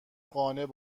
قانع